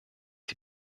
die